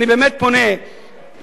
אני באמת פונה לממשלה,